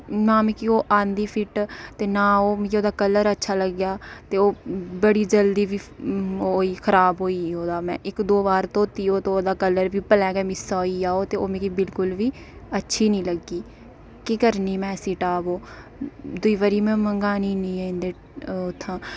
न मिगी ओह् आंदी फिट्ट ते नां मिगी ओह् कल्लर अच्छा लगेआ ते ओह् बड़ी जल्दी खराब होई ओह्दा में इक दो बार धोती ओह्दा कल्लर बी भलेआं गै मिस्सा होई गेआ ओह् ते मिं बिल्कुल बी अच्छी निं लगी केह् करनी में ऐसी टॉप ओह् दूई बारी में मंगानी निं ऐ इं'दे था